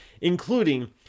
including